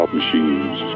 machines